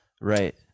Right